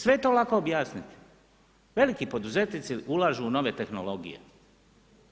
Sve je to lako objasniti- veliki poduzetnici ulažu u nove tehnologije,